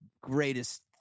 greatest